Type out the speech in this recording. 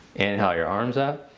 inhale your arms up.